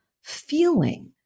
feeling